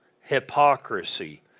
hypocrisy